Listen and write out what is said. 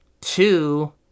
two